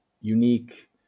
unique